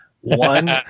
One